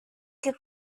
que